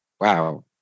wow